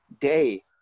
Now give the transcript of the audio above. day